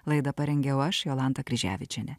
laidą parengiau aš jolanta kryževičienė